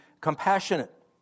compassionate